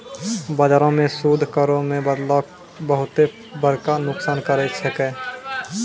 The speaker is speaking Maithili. बजारो मे सूद दरो मे बदलाव बहुते बड़का नुकसान करै सकै छै